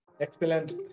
excellent